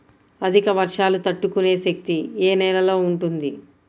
అధిక వర్షాలు తట్టుకునే శక్తి ఏ నేలలో ఉంటుంది?